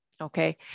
Okay